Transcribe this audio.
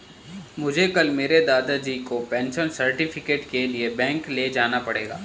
मुझे कल मेरे दादाजी को पेंशन सर्टिफिकेट के लिए बैंक ले जाना पड़ेगा